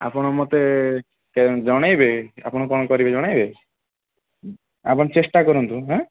ଆପଣ ମତେ ଜଣେଇବେ ଆପଣ କ'ଣ କରିବେ ଜଣେଇବେ ଆପଣ ଚେଷ୍ଟା କରନ୍ତୁ ହଁ